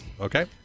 Okay